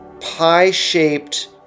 pie-shaped